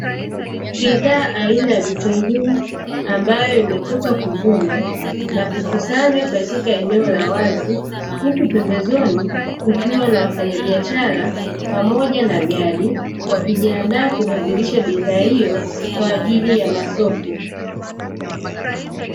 Bidhaa aina ya vitunguu ambayo imetoka kuvunwa na kukusanywa katika eneo la wazi, huku pembezoni kukiwa na wafanyabiashara. Pamoja na gari, wakijiandaa kusafirisha bidhaa kwa ajili ya masoko.